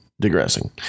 digressing